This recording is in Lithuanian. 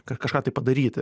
kad kažką tai padaryti